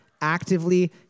actively